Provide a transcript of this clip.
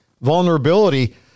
vulnerability